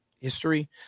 history